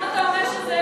למה אתה אומר שזה,